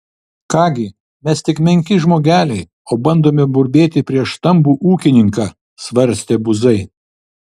ką gi mes tik menki žmogeliai o bandome burbėti prieš stambų ūkininką svarstė buzai